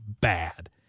bad